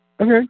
Okay